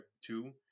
Two